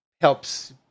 helps